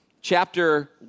chapter